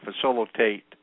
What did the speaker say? facilitate